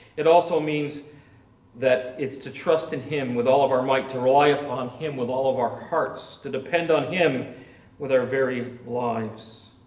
it also means that it's to trust in him with all of our might to rely upon him with all of our hearts to depend on him with our very lives.